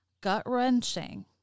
gut-wrenching